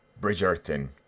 Bridgerton